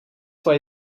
why